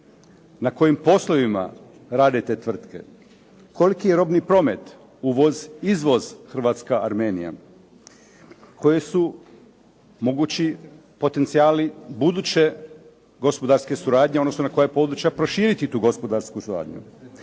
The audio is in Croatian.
na kojim poslovima rade te tvrtke, koliki je robni promet, uvoz, izvoz Hrvatska – Armenija, koji su mogući potencijali buduće gospodarske suradnje, odnosno na koja područja proširiti na tu gospodarsku suradnju,